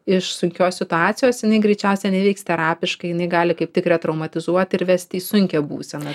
iš sunkios situacijos jinai greičiausiai neveiks terapiškai jinai gali kaip tikri retraumatizuoti ir vesti į sunkią būseną